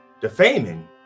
defaming